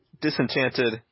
disenchanted